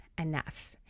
enough